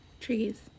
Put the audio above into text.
Trees